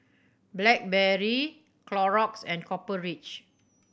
Blackberry Clorox and Copper Ridge